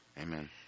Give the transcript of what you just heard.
Amen